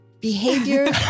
behavior